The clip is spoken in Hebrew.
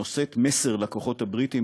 הנושאת מסר לכוחות הבריטיים,